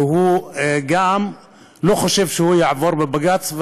ואני גם לא חושב שהוא יעבור בבג"ץ.